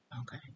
Okay